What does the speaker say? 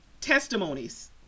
Testimonies